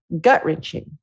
gut-wrenching